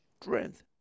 strength